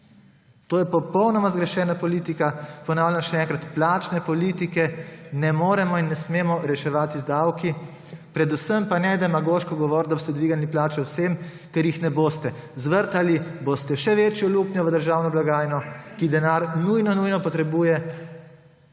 To je popolnoma zgrešena politika. Ponavljam še enkrat, plačne politike ne moremo in ne smemo reševati z davki, predvsem pa ne demagoško govoriti, da boste dvignili plače vsem, ker jih ne boste. Zvrtali boste še večjo luknjo v državno blagajno, ki denar nujno nujno potrebuje,